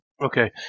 Okay